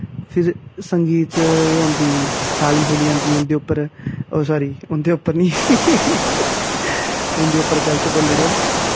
फिर संगीत च एह् औंदी साली सूली औंदी उं'दे उप्पर सॉरी उं'दे उप्पर नी उं'दे उप्पर गल्त बोलली ओड़ेआ